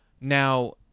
Now